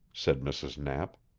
said mrs. knapp.